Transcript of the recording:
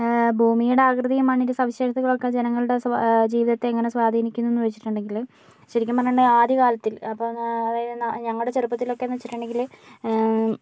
ഭൂമിയുടെ ആകൃതി മണ്ണിൻ്റെ സവിശേഷതകൾ ഒക്കെ ജനങ്ങളുടെ ജീവിതത്തെ എങ്ങനെ സ്വാധീനിക്കുന്നുവെന്ന് വെച്ചിട്ടുണ്ടെങ്കിൽ ശരിക്കും പറഞ്ഞിട്ടുണ്ടെങ്കിൽ ആദ്യകാലത്തിൽ അപ്പോൾ അതായത് എന്നാൽ ഞങ്ങളുടെ ചെറുപ്പത്തിൽ ഒക്കെയെന്ന് വെച്ചിട്ടുണ്ടങ്കിൽ